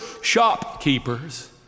shopkeepers